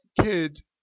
kid